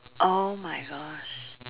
!oh-my-gosh!